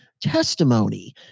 testimony